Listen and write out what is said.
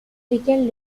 lesquelles